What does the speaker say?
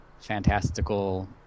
fantastical